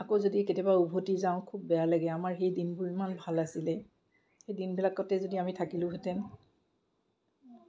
আকৌ যদি কেতিয়াবা উভটি যাওঁ খুব বেয়া লাগে আমাৰ সেই দিনবোৰ ইমান ভাল আছিলে সেই দিনবিলাকতেই যদি আমি থাকিলোহেঁতেন